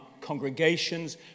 Congregations